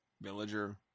villager